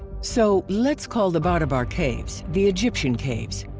so, let's call the barabar caves, the egyptian caves.